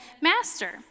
Master